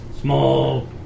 Small